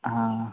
ആ